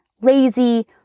lazy